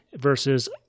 versus